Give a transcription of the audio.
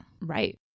Right